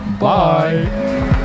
Bye